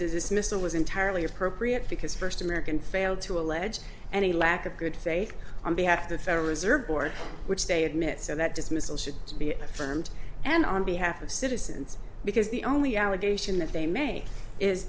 this missile was entirely appropriate because first american failed to allege any lack of good faith on behalf of the federal reserve board which they admit so that dismissal should be affirmed and on behalf of citizens because the only allegation that they made is